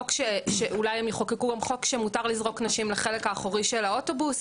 אולי הם יחוקקו גם חוק שמותר לזרוק נשים לחלק האחורי של האוטובוס,